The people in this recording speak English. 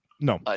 No